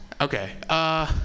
Okay